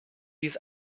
dies